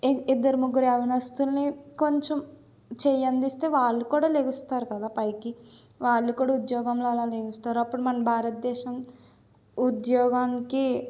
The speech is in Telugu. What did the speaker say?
ఇ ఇద్దరు ముగ్గురు యవ్వనస్తులని కొంచెం చెయ్యందిస్తే వాళ్ళు కూడా లెగుస్తారు కదా పైకి వాళ్ళు కూడా ఉద్యోగంలో అలా లెగుస్తారు అప్పుడు మన భారతదేశం ఉద్యోగానికి